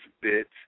bits